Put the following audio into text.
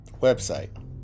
website